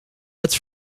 het